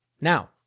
Now